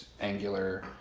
angular